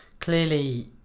clearly